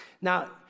Now